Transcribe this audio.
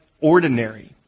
ordinary